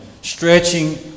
stretching